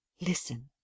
Listen